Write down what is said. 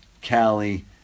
Cali